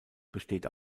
besteht